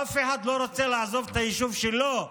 אף אחד לא רוצה לעזוב את היישוב שלו.